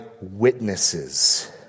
witnesses